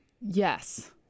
Yes